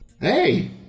Hey